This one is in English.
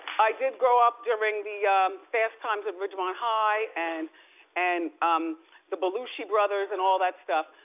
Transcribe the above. i did grow up during the fast times at ridgemont high and and um the belushi brothers and all that stuff,